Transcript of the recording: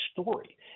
story